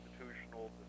institutional